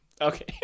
Okay